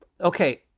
Okay